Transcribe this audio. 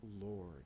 Lord